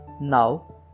Now